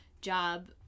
job